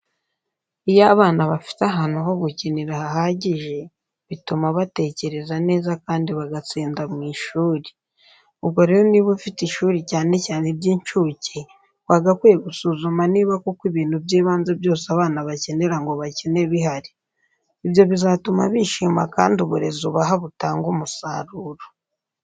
Iyo abana bafite ahantu ho gukinira hahagije bituma batekereza neza kandi bagatsinda mu ishuri. Ubwo rero niba ufite ishuri cyane cyane iry'incuke, wagakwiye gusuzuma niba koko ibintu by'ibanze byose abana bakenera ngo bakine bihari. Ibyo bizatuma bishima kandi uburezi ubaha butange umusaruro.